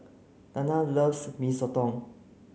Danna loves Mee Soto